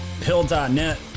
pill.net